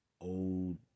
old